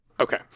Okay